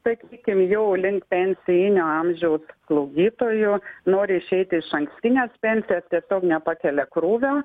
sakykim jau link pensijinio amžiaus slaugytojų nori išeiti išankstinės pensijos tiesiog nepakelia krūvio